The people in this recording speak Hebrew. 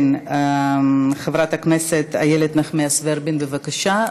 חברת הכנסת איילת נחמיאס ורבין, בבקשה.